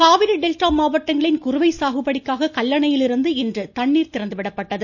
Kallanai Kaveri delta மாவட்டங்களின் குறுவை சாகுபடிக்காக கல்லணையிலிருந்து இன்று தண்ணீர் திறந்துவிடப்பட்டது